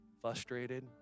frustrated